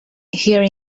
here